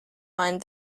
mind